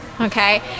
Okay